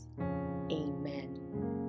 amen